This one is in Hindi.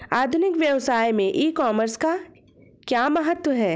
आधुनिक व्यवसाय में ई कॉमर्स का क्या महत्व है?